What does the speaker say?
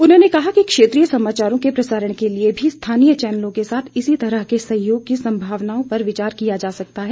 उन्होंने कहा कि क्षेत्रीय समाचारों के प्रसारण के लिए भी स्थानीय चैनलों के साथ इसी तरह के सहयोग की संभावनाओं पर विचार किया जा सकता है